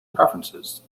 preferences